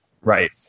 Right